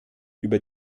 über